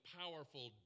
powerful